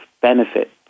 benefit